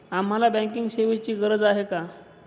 आम्हाला बँकिंग सेवेची गरज का आहे?